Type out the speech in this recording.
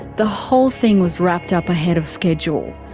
the whole thing was wrapped up ahead of schedule.